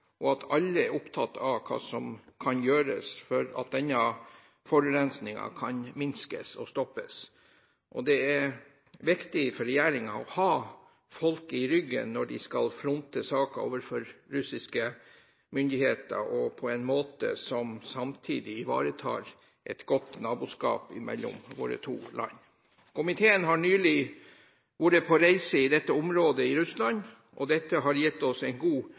og at alle er opptatt av hva som kan gjøres for at denne forurensningen kan minskes og stoppes. Det er viktig for regjeringen å ha folk i ryggen når de skal fronte saken overfor russiske myndigheter, og at det skjer på en måte som samtidig ivaretar et godt naboskap mellom våre to land. Komiteen har nylig vært på reise i dette området i Russland, og det har gitt oss god